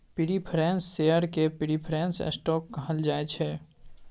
preference share केँ preference stock कहल जाइ छै